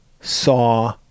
saw